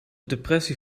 depressie